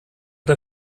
der